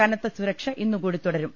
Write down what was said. കനത്ത സുരക്ഷ ഇന്നു കൂടി തുടരും